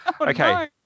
Okay